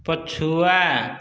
ପଛୁଆ